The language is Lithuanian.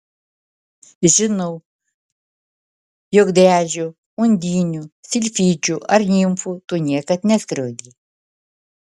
žinau jog driadžių undinių silfidžių ar nimfų tu niekad neskriaudei